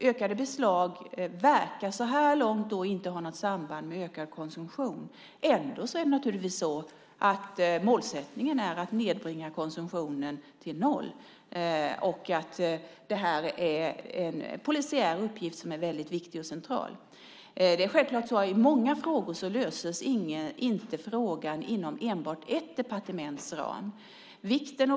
Ökade beslag verkar så här långt inte ha något samband med ökad konsumtion, men målsättningen är ändå att nedbringa konsumtionen till noll. Det här är en polisiär uppgift som är väldigt viktig och central. Det är många frågor som inte löses inom enbart ett departement.